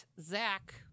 Zach